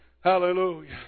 Hallelujah